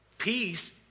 Peace